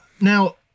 now